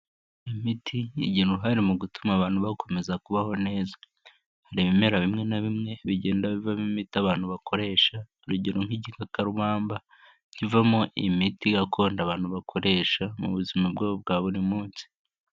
Imiti igira uruhare mu gutuma abantu bakomeza kubaho neza. Hari ibimera bimwe na bimwe bigenda bivamo imiti abantu bakoresha, urugero nk'igikakarumamba, kivamo imiti gakondo abantu bakoresha mu buzima bwabo bwa buri munsi.